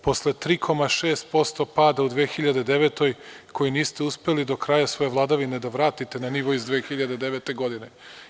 Posle 3,6% pada u 2009. godini, koji niste uspeli do kraja svoje vladavine da vratite na nivo iz 2009. godine.